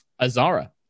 Azara